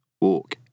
walk